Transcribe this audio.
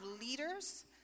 leaders